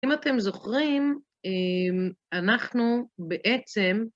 אם אתם זוכרים, אנחנו בעצם...